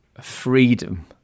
freedom